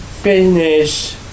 finish